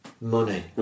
money